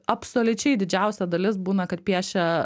absoliučiai didžiausia dalis būna kad piešia